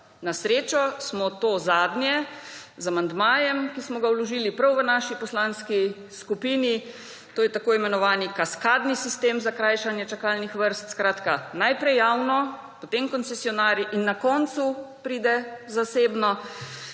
Na srečo smo to zadnje z amandmajem, ki smo ga vložili prav v naši poslanski skupini − to je tako imenovani kaskadni sistem za krajšanje čakalnih vrst: najprej javno, potem koncesionarji in na koncu pride zasebno